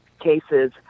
cases